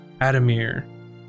Adamir